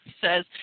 says